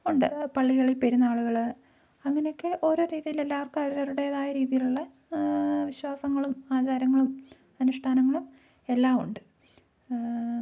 ഉണ്ട് പള്ളികളിൽ പെരുന്നാളുകൾ അങ്ങനെ ഒക്കെ ഓരോ രീതിയിൽ എല്ലാവർക്കും അവരവരുടേതായ രീതിയിലുള്ള വിശ്വാസങ്ങളും ആചാരങ്ങളും അനുഷ്ഠാനങ്ങളും എല്ലാം ഉണ്ട്